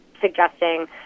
suggesting